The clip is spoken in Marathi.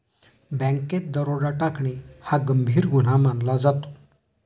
बँकेत दरोडा टाकणे हा गंभीर गुन्हा मानला जातो